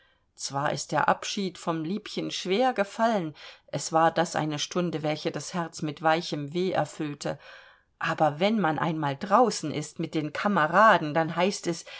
zwar ist der abschied vom liebchen schwer gefallen es war das eine stunde welche das herz mit weichem weh erfüllte aber wenn man einmal draußen ist mit den kameraden dann heißt es